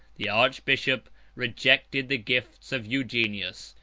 the archbishop rejected the gifts of eugenius,